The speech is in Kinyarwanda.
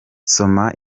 soma